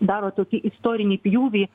daro tokį istorinį pjūvį